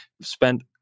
spent